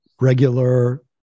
regular